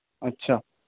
اچھا